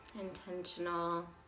intentional